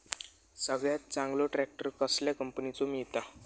सगळ्यात चांगलो ट्रॅक्टर कसल्या कंपनीचो मिळता?